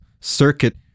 circuit